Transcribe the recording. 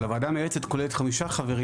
אבל הוועדה המייעצת כוללת חמישה חברים